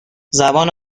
زبان